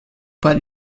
but